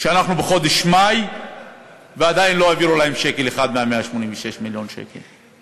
שאנחנו בחודש מאי ועדיין לא העבירו להם שקל אחד מה-186 מיליון שקל.